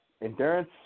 endurance